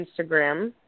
Instagram